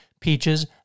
Peaches